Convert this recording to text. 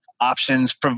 options